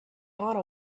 gone